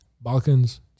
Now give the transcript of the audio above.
Balkans